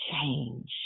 change